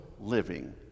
living